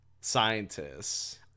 scientists